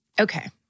Okay